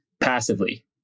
passively